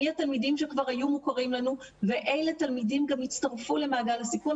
מי התלמידים שכבר היו מוכרים לנו ואלה תלמידים גם הצטרפו למעגל הסיכון.